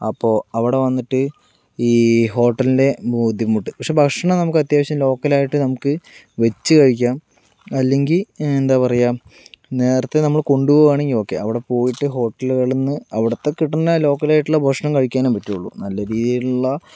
അപ്പോൾ അവിടെ വന്നിട്ട് ഈ ഹോട്ടലിൻ്റെ ബുദ്ധിമുട്ട് പക്ഷെ ഭക്ഷണം നമുക്ക് അത്യാവശ്യം ലോക്കലായിട്ട് നമുക്ക് വെച്ച് കഴിക്കാം അല്ലെങ്കിൽ എന്താ പറയാം നേരത്തെ നമ്മൾ കൊണ്ട് പോകുവാണേൽ ഓക്കേ അവിടെ പോയിട്ട് ഹോട്ടലുകളിൽന്ന് അവിടെ കിട്ടുന്ന ലോക്കൽ ഭക്ഷണമേ കഴിക്കാൻ പറ്റുകയുള്ളു നല്ല രീതിയിൽ ഉള്ള